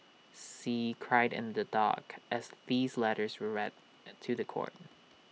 see cried in the dock as these letters were read to The Court